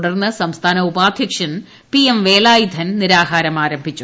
തുടർന്ന് സംസ്ഥാന ഉപാധ്യക്ഷൻ പി എം വേലായുധൻ നിരാഹാരം ആരംഭിച്ചു